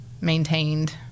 maintained